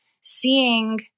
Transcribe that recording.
seeing